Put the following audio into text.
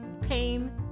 pain